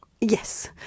Yes